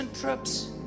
trips